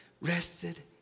rested